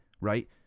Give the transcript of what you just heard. right